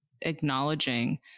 acknowledging